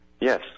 Yes